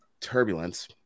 turbulence